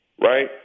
right